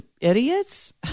idiots